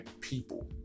people